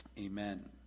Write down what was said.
Amen